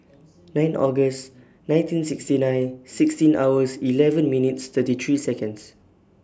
nine August nineteen sixty nine sixteen hours eleven minutes thirty three Seconds